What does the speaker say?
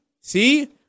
See